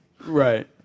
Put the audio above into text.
Right